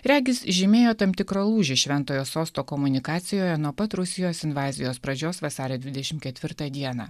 regis žymėjo tam tikrą lūžį šventojo sosto komunikacijoje nuo pat rusijos invazijos pradžios vasario dvidešim ketvirtą dieną